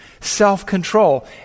Self-control